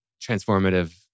transformative